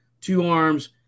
two-arms